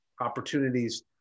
opportunities